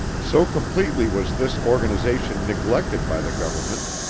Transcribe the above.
so completely was this organization neglected by the government,